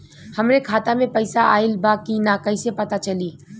हमरे खाता में पैसा ऑइल बा कि ना कैसे पता चली?